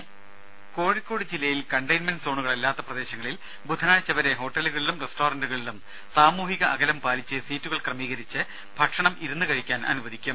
രദേശ കോഴിക്കോട് ജില്ലയിൽ കണ്ടെയ്ൻമെന്റ് സോണുകളല്ലാത്ത പ്രദേശങ്ങളിൽ ബുധനാഴ്ച വരെ ഹോട്ടലുകളിലും റസ്റ്റൊറന്റുകളിലും സാമൂഹിക അകലം പാലിച്ച് സീറ്റുകൾ ക്രമീകരിച്ച് ഭക്ഷണം ഇരുന്നുകഴിക്കാൻ അനുവദിക്കും